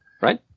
right